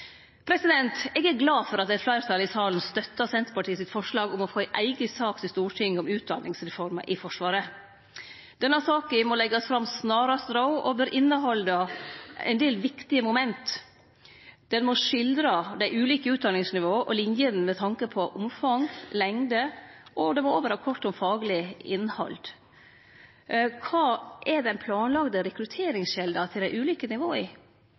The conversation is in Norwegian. Eg er glad for at eit fleirtal i salen støttar Senterpartiets forslag om å få ei eiga sak til Stortinget om utdanningsreforma i Forsvaret. Denne saka må leggjast fram snarast råd og bør innehalde ein del viktige moment. Ho må skildre dei ulike utdanningsnivåa og linjene med tanke på omfang og lengd, og det må òg vere kort om fagleg innhald. Kva er den planlagde rekrutteringskjelda til dei ulike nivåa?